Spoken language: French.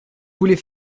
voulez